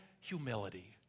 humility